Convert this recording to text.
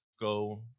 go